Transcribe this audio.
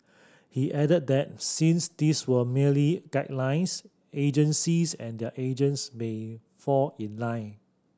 he added that since these were merely guidelines agencies and their agents may fall in line